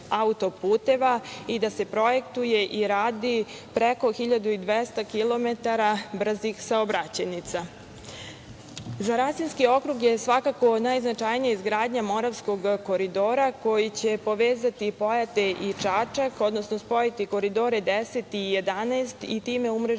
i da se projektuje i radi preko 1.200 kilometara brzih saobraćajnica.Za Rasinski okrug je svakako najznačajnija izgradnja Moravskog koridora koji će povezati Pojate i Čačak, odnosno spojiti Koridore 10 i 11 i time umrežiti